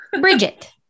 Bridget